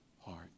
heart